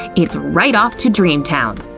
it's right off to dream-town.